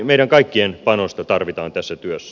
meidän kaikkien panosta tarvitaan tässä työssä